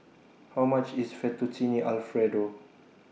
How much IS Fettuccine Alfredo